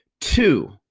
Two